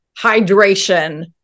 hydration